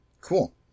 Cool